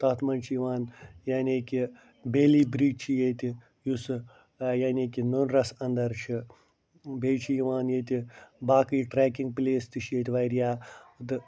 تَتھ منٛز چھِ یِوان یعنی کہِ بیٚلی بِرٛج چھُ ییٚتہِ یُس سُہ یعنی کہِ یعنی کہِ نُنرس انٛدر چھِ بیٚیہِ چھِ یِوان ییٚتہِ باقٕے ٹرٛٮ۪کِنٛگ پٕلیس تہِ چھِ ییٚتہِ وارِیاہ تہٕ